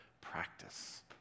practice